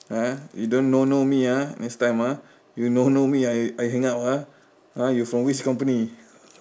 ah you don't no no me you no no me I I hang up ah ah you from which company